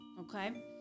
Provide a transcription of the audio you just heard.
okay